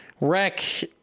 Wreck